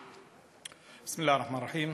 בסם אללה א-רחמאן א-רחים.